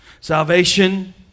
Salvation